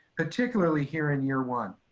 particularly here in year one.